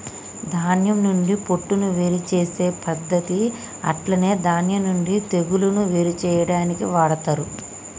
ధాన్యం నుండి పొట్టును వేరు చేసే పద్దతి అట్లనే ధాన్యం నుండి తెగులును వేరు చేయాడానికి వాడతరు